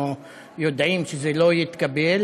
אנחנו יודעים שזה לא יתקבל,